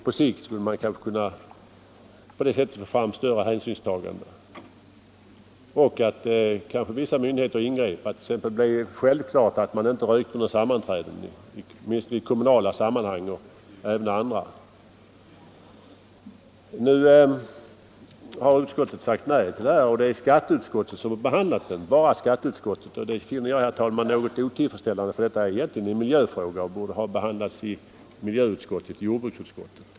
På sikt skulle man kanske kunna få fram större hänsynstagande, och vissa myndigheter skulle kanske ingripa så att det t.ex. blev självklart att man inte röker på några sammanträden i kommunala sammanhang —- och även i en del andra sammanhang. Nu har utskottet sagt nej till detta förslag. Det är bara skatteutskottet som har behandlat frågan, och det finner jag, herr talman, något otillfredsställande, för detta är egentligen en miljöfråga som borde ha behandlats i miljöutskottet — jordbruksutskottet.